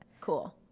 Cool